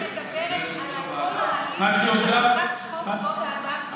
שמדברת על הליך חקיקת חוק כבוד האדם וחירותו.